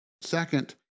Second